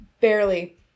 barely